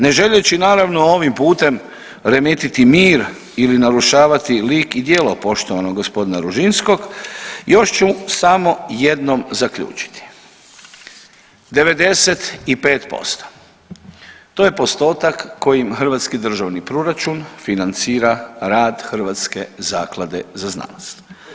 Ne želeći naravno ovim putem remetiti mir ili narušavati lik i djelo poštovanog g. Ružinskog još ću samo jednom zaključiti, 95% to je postotak kojim hrvatski državni proračun financira rad Hrvatske zaklade za znanost.